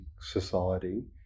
society